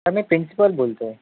हो मी प्रिंसिपल बोलत आहे